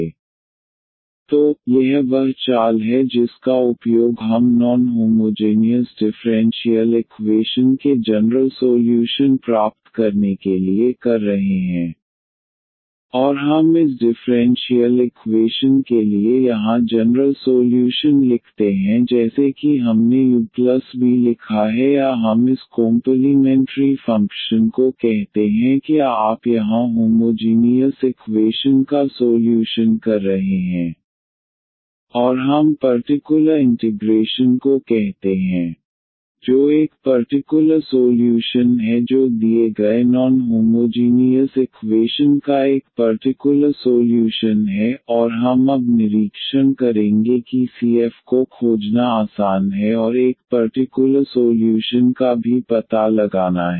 So here we have this dndxnuva1dn 1dxn 1uvanuv dndxnua1dn 1dxn 1uanudndxnva1dn 1dxn 1vanv 0XX तो यह वह चाल है जिसका उपयोग हम नॉन होमोजेनियस डिफ़्रेंशियल इकवेशन के जनरल सोल्यूशन प्राप्त करने के लिए कर रहे हैं और हम इस डिफ़्रेंशियल इकवेशन के लिए यहाँ जनरल सोल्यूशन लिखते हैं जैसे कि हमने u प्लस v लिखा है या हम इस कोम्पलीमेंटरी फ़ंक्शन को कहते हैं क्या आप यहाँ होमोजीनीयस इकवेशन का सोल्यूशन कर रहे हैं और हम पर्टिकुलर इंटिग्रेशन को कहते हैं जो एक पर्टिकुलर सोल्यूशन है जो दिए गए नॉन होमोजीनीयस इकवेशन का एक पर्टिकुलर सोल्यूशन है और हम अब निरीक्षण करेंगे कि सीएफ को खोजना आसान है और एक पर्टिकुलर सोल्यूशन का भी पता लगाना है